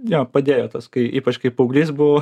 jo padėjo tas kai ypač kai paauglys buvau